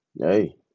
hey